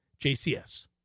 JCS